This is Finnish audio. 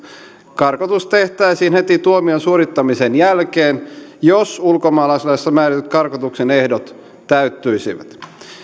karkotus tehtäisiin heti tuomion suorittamisen jälkeen jos ulkomaalaislaissa määritetyt karkotuksen ehdot täyttyisivät